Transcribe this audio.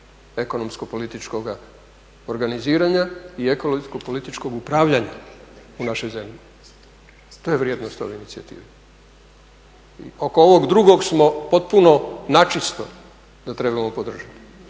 ekonomsko političkoga organiziranja i ekonomsko političkog upravljanja u našoj zemlji, to je vrijednost ove inicijative. Oko ovog drugog smo potpuno načisto da trebamo podržati.